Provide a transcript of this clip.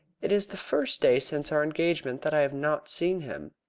it is the first day since our engagement that i have not seen him.